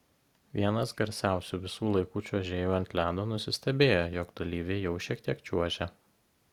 vienas garsiausių visų laikų čiuožėjų ant ledo nusistebėjo jog dalyviai jau šiek tiek čiuožia